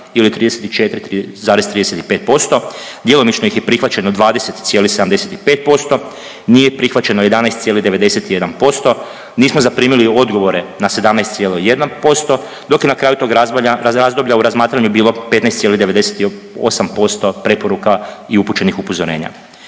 ili 34,35%, djelomično ih je prihvaćeno 20,75%, nije prihvaćeno 11,91%. Nismo zaprimili odgovore na 17,1%, dok je na kraju tog razdoblja u razmatranju bilo 15,98% preporuka i upućenih upozorenja.